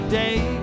day